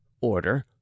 order